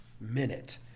minute